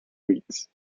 weeks